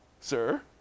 sir